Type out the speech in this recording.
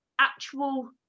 actual